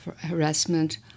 harassment